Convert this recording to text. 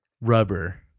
rubber